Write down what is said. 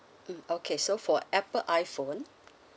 mm okay so for apple iphone